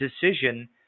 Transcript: decision